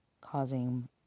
Causing